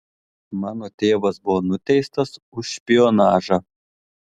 mano tėvas buvo nuteistas už špionažą